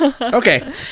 Okay